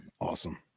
Awesome